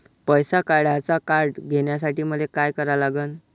पैसा काढ्याचं कार्ड घेण्यासाठी मले काय करा लागन?